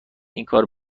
اینکار